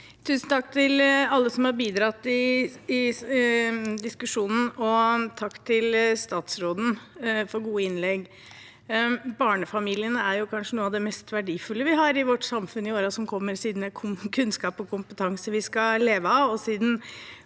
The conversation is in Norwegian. Tusen takk til alle som har bidratt i diskusjonen, og takk til statsråden for gode innlegg. Barnefamiliene vil kanskje være noe av det mest verdifulle vi har i vårt samfunn i årene som kommer, siden det er kunnskap og kompetanse vi skal leve av,